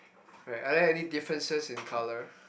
right are there any differences in colour